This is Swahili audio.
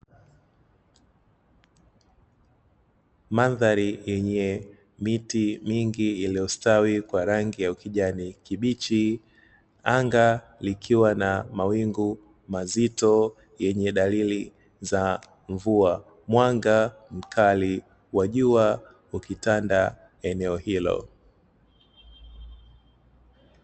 Mandhari yenye miti mingi iliyostawi kwa ya ukijani kibichi, anga likiwa na mawingu mazito yenye dalili za mvua, mwanga mkali wa jua ukitanda eneo hilo.